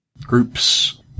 groups